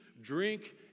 drink